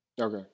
Okay